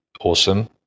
awesome